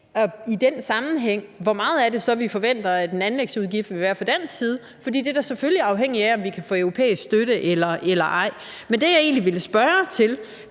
i den sammenhæng at se, hvor meget det så er, vi forventer, at en anlægsudgift vil være fra dansk side. For det er da selvfølgelig afhængig af, om vi kan få europæisk støtte eller ej. Men det, jeg egentlig ville spørge til,